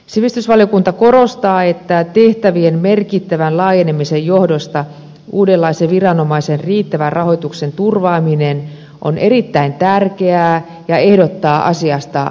sivistysvaliokunta korostaa että tehtävien merkittävän laajenemisen johdosta uudenlaisen viranomaisen riittävän rahoituksen turvaaminen on erittäin tärkeää ja ehdottaa asiasta lausumaa